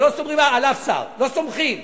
לא סומכים